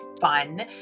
fun